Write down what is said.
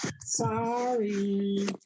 Sorry